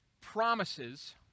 promises